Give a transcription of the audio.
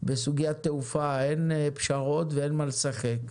בסוגיית תעופה אין פשרות ואין מה לשחק.